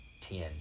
Ten